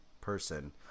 person